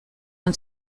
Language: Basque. han